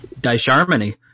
Disharmony